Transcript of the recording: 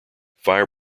fire